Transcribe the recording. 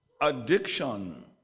Addiction